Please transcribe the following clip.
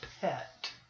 pet